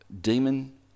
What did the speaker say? demon